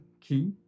key